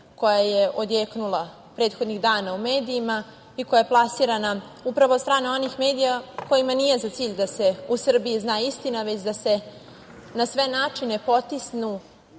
koja je odjeknula prethodnih dana u medijima i koja je plasirana od strane onih medija kojima nije za cilj da se zna istina, već da se na sve načine potisnu